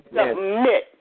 submit